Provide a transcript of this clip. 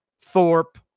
Thorpe